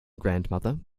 grandmother